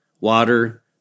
water